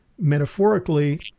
metaphorically